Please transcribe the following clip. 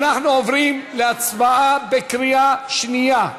אנחנו עוברים להצבעה בקריאה שנייה,